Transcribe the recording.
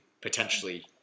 potentially